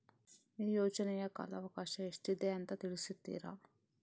ಈ ಯೋಜನೆಯ ಕಾಲವಕಾಶ ಎಷ್ಟಿದೆ ಅಂತ ತಿಳಿಸ್ತೀರಾ?